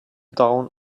down